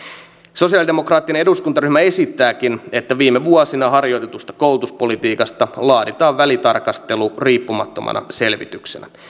sosiaalidemokraattinen eduskuntaryhmä esittääkin että viime vuosina harjoitetusta koulutuspolitiikasta laaditaan välitarkastelu riippumattomana selvityksenä